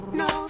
no